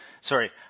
sorry